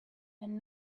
and